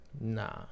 nah